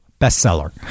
bestseller